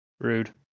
rude